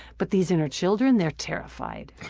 but these inner children? they're terrified.